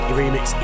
remix